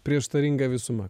prieštaringa visuma